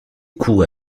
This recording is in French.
cou